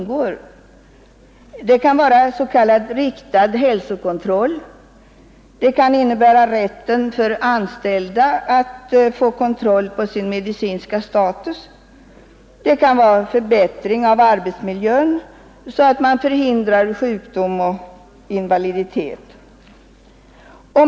Det kan vara s.k. riktad hälsokontroll, det kan innebära rätten för anställda att få kontroll på sin medicinska status, det kan vara förbättring av arbetsmiljön så att man förhindrar sjukdom och invaliditet.